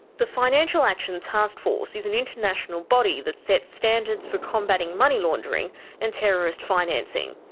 the financial action task force is an international body that sets standards for combating money laundering and terrorist financing.